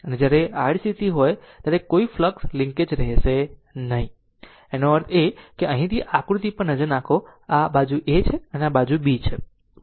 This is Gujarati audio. તેથી જ્યારે તે આડી સ્થિતિ પર હોય ત્યારે ત્યાં કોઈ ફ્લક્સ લિન્કેજ રહેશે નહીં તેનો અર્થ એ કે જો અહીંથી અહીં આ આકૃતિ પર નજર નાખો તો આ બાજુ A છે અને આ બાજુ B છે બરાબર